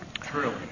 True